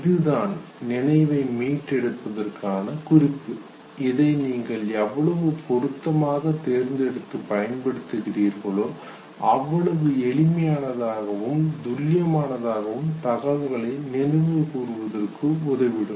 இதுதான் நினைவை மீட்டெடுப்பதற்கான குறிப்பு இதை நீங்கள் எவ்வளவு பொருத்தமாக தேர்ந்தெடுத்து பயன்படுத்துகிறீர்களோ அவ்வளவு எளிமையானதாகவும் துல்லியமாகவும் தகவல்களை நினைவு கூர்வதற்கு உதவிடும்